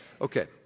Okay